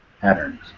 patterns